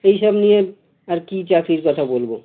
এইসব নিয়ে আর কি চাকরির কথা বলবো